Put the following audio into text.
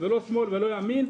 ולא לשמאל ולא לימין,